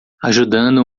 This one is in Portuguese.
ajudando